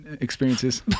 experiences